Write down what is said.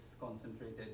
concentrated